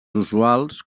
usuals